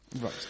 Right